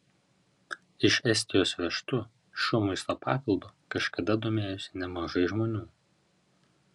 iš estijos vežtu šiuo maisto papildu kažkada domėjosi nemažai žmonių